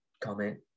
comment